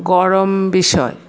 গরম বিষয়